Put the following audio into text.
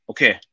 Okay